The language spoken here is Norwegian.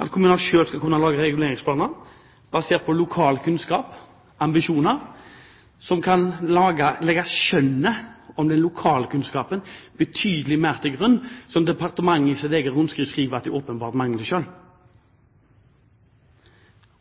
at kommuner selv skal kunne lage reguleringsplaner basert på lokal kunnskap og ambisjoner som kan legge skjønnet om lokalkunnskapen betydelig mer til grunn, noe departementet i sitt eget rundskriv skriver at det åpenbart mangler selv.